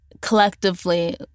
collectively